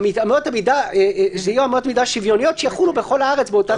--אמות המידה יהיו אמות מידה שוויוניות שיחולו בכל הארץ באותה צורה.